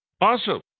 Awesome